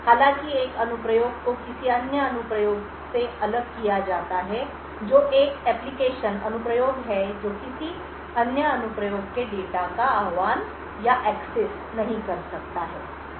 हालाँकि एक अनुप्रयोग को किसी अन्य अनुप्रयोग से अलग किया जाता है जो एक अनुप्रयोग है जो किसी अन्य अनुप्रयोग के डेटा का आह्वान या एक्सेस नहीं कर सकता है